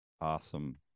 Awesome